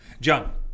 John